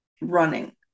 running